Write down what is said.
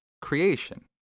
creation